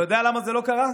אתה יודע למה זה לא קרה?